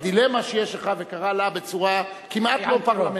הדילמה שיש לך וקרא לה בצורה כמעט, סייען טרור.